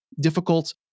difficult